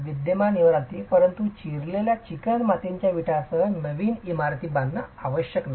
विद्यमान इमारती परंतु चिरलेल्या चिकणमातीच्या विटासह नवीन इमारती बांधणे आवश्यक नाही